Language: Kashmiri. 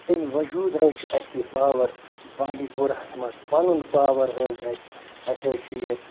اَمہِ وجوٗد حظ چھِ اَسہِ یہِ پاوَر بانڈی پوراہَس منٛز پَنُن پاوَر حظ اَسہِ اَسہِ حظ چھِ یہِ